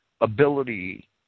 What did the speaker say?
ability